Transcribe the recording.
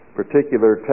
particular